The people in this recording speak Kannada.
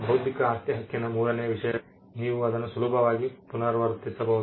ಬೌದ್ಧಿಕ ಆಸ್ತಿ ಹಕ್ಕಿನ ಮೂರನೆಯ ವಿಷಯವೆಂದರೆ ನೀವು ಅದನ್ನು ಸುಲಭವಾಗಿ ಪುನರಾವರ್ತಿಸಬಹುದು